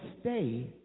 stay